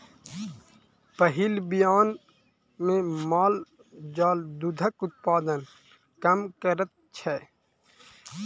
पहिल बियान मे माल जाल दूधक उत्पादन कम करैत छै